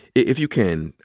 if you can,